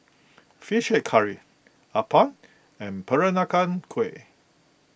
Fish Head Curry Appam and Peranakan Kueh